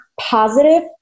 positive